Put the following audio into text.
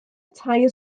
tair